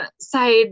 side